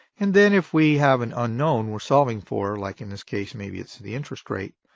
and then if we have an unknown we're solving for, like in this case maybe it's the interest rate,